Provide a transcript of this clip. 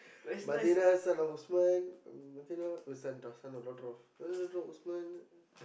Madinah son of Usman Madinah uh son son or daughter of Usman